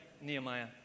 Nehemiah